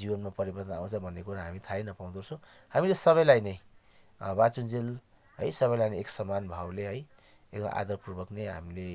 जीवनमा परिवर्तन आउँछ भन्ने कुरो हामी थाहै नपाउँदोरहेछौँ हामीले सबैलाई नै अब बाँचुन्जेल यी सबैलाई नै एक समान भावले है यो आदरपूर्वक नै हामीले